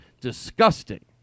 Disgusting